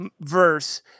verse